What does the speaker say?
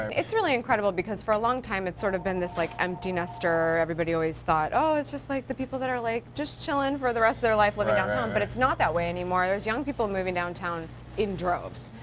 it's really incredible because for a longtime, it's sort of been this like empty nester everybody always thought, oh, it's just like the people that are like just chillin' for the rest of their life living downtown, but it's not that way anymore. there's young people moving downtown in droves,